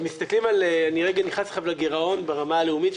אני רגע נכנס אתכם לגרעון ברמה הלאומית.